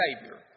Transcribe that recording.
Savior